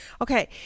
Okay